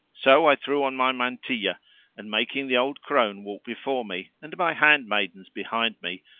so i threw on my mantilla and, making the old crone walk before me and my handmaidens behind me,